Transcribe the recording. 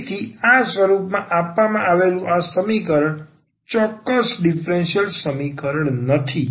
તેથી આ સ્વરૂપમાં આપવામાં આવેલું આ સમીકરણ ચોક્કસ ડીફરન્સીયલ સમીકરણ નથી